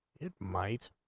it might